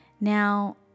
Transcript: Now